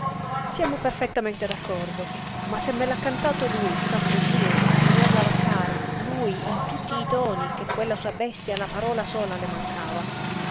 siamo perfettamente d'accordo ma se me l'ha cantato lui santo dio il signor lavaccara lui in tutti i toni che quella sua bestia la parola sola le mancava